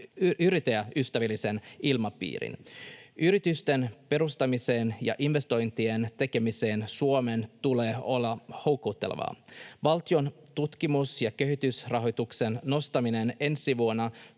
yrittäjäystävällisen ilmapiirin. Yritysten perustamisen ja investointien tekemisen Suomeen tulee olla houkuttelevaa. Valtion tutkimus- ja kehitysrahoituksen nostaminen ensi vuonna